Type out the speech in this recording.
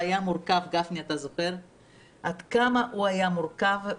גפני, אתה זוכר עד כמה הוא היה מורכב?